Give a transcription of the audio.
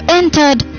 entered